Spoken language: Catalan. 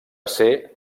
ser